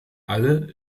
alle